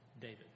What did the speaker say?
David